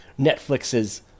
Netflix's